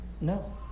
No